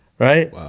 Right